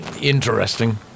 interesting